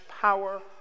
power